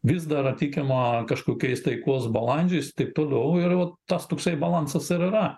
vis dar ar tikima kažkokiais taikos balandžiais taip toliau ir vat tas toksai balansas ir yra